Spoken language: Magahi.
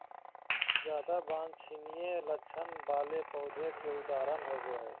ज्यादा वांछनीय लक्षण वाले पौधों के उदाहरण होबो हइ